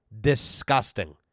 disgusting